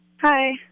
Hi